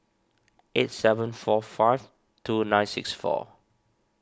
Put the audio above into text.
eight seven four five two nine six four